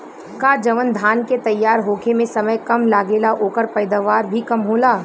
का जवन धान के तैयार होखे में समय कम लागेला ओकर पैदवार भी कम होला?